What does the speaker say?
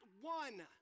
one